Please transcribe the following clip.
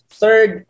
third